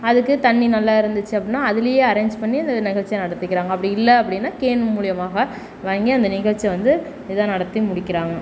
அதுக்கு தண்ணி நல்லா இருந்துச்சு அப்படினா அதிலயே அரேஞ்ச் பண்ணி அந்த நிகழ்ச்சியை நடத்திக்குறாங்க அப்படி இல்லை அப்படினா கேன் மூலியமா வாங்கி அந்த நிகழ்ச்சியை வந்து இதை நடத்தி முடிக்கிறாங்க